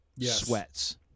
sweats